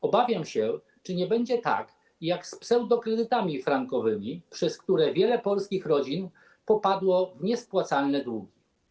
Obawiam się, czy nie będzie tak, jak z pseudokredytami frankowymi, przez które wiele polskich rodzin popadło w niespłacalne długi.